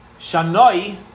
Shanoi